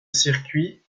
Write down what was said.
circuit